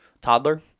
toddler